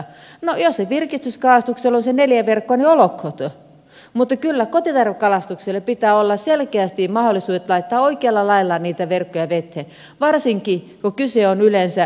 no jos se virkistyskalastuksella on se neljä verkkoa niin olkoon mutta kyllä kotitarvekalastuksessa pitää olla selkeästi mahdollisuudet laittaa oikealla lailla niitä verkkoja veteen varsinkin kun kyse on yleensä meidän omista vesialueistamme